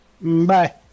Bye